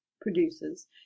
produces